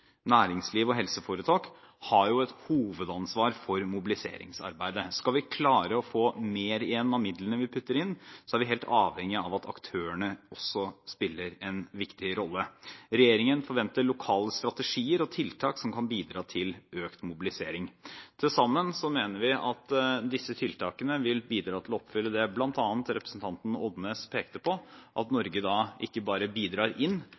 næringsliv og helseforetak – har et hovedansvar for mobiliseringsarbeidet. Skal vi klare å få mer igjen av midlene vi putter inn, er vi helt avhengig av at aktørene også spiller en viktig rolle. Regjeringen forventer lokale strategier og tiltak som kan bidra til økt mobilisering. Vi mener at disse tiltakene til sammen vil bidra til å oppfylle det, som bl.a. representanten Odnes pekte på – at Norge ikke bare bidrar inn,